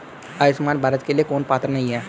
आयुष्मान भारत के लिए कौन पात्र नहीं है?